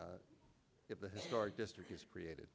if the historic district is created